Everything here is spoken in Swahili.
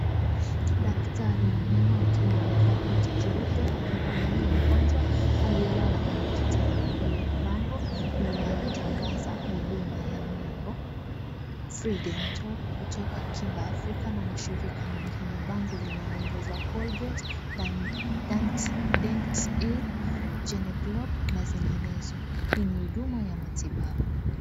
Daktari wa meno, akiwa amevaa koti jeupe, akimhudumia mgonjwa aliyelala kwenye kitanda, mbele ya bango, linalotangaza huduma ya meno, Free Dental , kutoka Kinga Africa na mashirika mengine. Bango lina nembo za colgate, dan,,dante, dent aid, gencrope na zinginezo. Hii ni huduma ya matibabu.